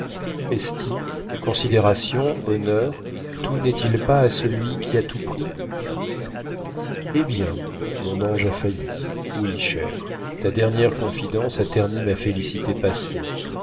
estime considération honneur tout n'est-il pas à celui qui a tout pris eh bien mon ange a failli oui cher ta dernière confidence a terni ma félicité passée